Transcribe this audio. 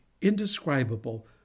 indescribable